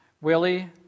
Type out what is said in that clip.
Willie